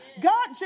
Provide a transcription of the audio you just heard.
God